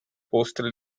coastal